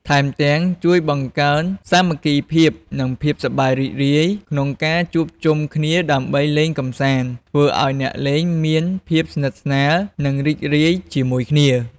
ថែមទាំង ជួយបង្កើនសាមគ្គីភាព និងភាពសប្បាយរីករាយ ក្នុងការជួបជុំគ្នាដើម្បីលេងកម្សាន្ត ធ្វើឱ្យអ្នកលេងមានភាពស្និទ្ធស្នាល និងរីករាយជាមួយគ្នា។